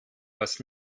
was